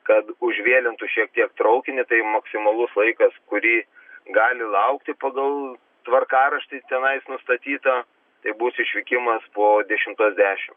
kad užvėlintų šiek tiek traukinį tai maksimalus laikas kurį gali laukti pagal tvarkaraštį tenais nustatytą tai bus išvykimas po dešimtos dešim